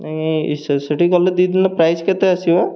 ନାହିଁ ସେଠି ଗଲେ ଦୁଇ ଦିନ ପ୍ରାଇସ୍ କେତେ ଆସିବା